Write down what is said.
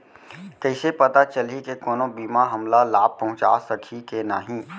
कइसे पता चलही के कोनो बीमा हमला लाभ पहूँचा सकही के नही